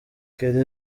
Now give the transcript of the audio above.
kelly